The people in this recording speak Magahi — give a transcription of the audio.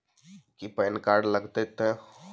की पैन कार्ड लग तै?